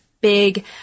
big